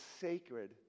sacred